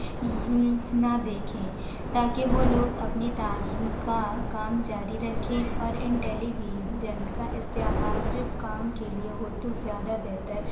نہ دیکھیں تاکہ وہ لوگ اپنی تعلیم کا کام جاری رکھیں اور ان ٹیلی ویجن کا استعمال صرف کام کے لیے ہو تو زیادہ بہتر